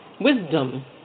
wisdom